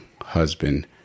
husband